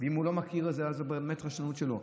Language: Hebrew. אם הוא לא מכיר, אז זו באמת רשלנות שלו.